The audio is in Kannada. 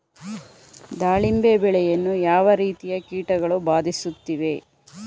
ದಾಳಿಂಬೆ ಬೆಳೆಯನ್ನು ಯಾವ ರೀತಿಯ ಕೀಟಗಳು ಬಾಧಿಸುತ್ತಿವೆ?